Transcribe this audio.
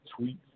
tweets